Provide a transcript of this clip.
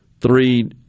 three